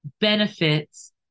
benefits